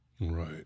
Right